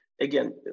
again